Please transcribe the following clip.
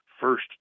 first